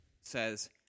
says